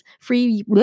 free